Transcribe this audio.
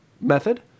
method